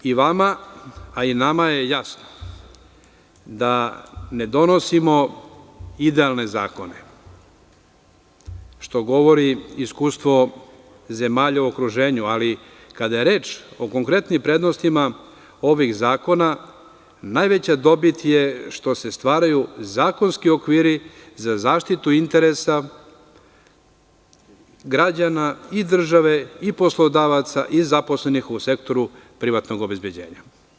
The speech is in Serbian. I vama i nama je jasno da ne donosimo idealne zakone, što govori iskustvo zemalja u okruženju, ali kada je reč o konkretnim prednostima ovih zakona, najveća dobit je što se stvaraju zakonski okviri za zaštitu interesa građana i države i poslodavaca i zaposlenih u sektoru privatnog obezbeđenja.